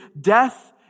death